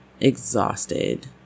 exhausted